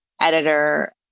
editor